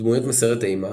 דמויות מסרט אימה